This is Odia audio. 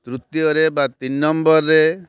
ତୃତୀୟରେ ବା ତିନି ନମ୍ବର୍ରେ